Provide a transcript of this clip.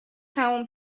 تموم